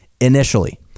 initially